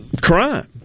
crime